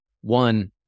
One